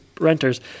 renters